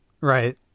Right